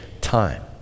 time